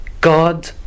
God